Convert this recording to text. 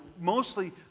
mostly